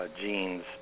genes